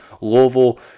Louisville